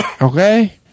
okay